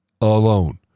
alone